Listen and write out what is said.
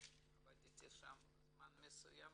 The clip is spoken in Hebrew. עבדתי שם זמן מסוים